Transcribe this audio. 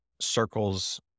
circles